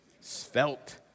svelte